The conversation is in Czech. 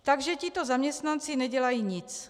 Takže tito zaměstnanci nedělají nic.